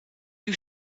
you